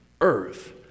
Earth